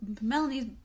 Melanie's